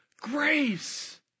Grace